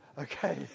okay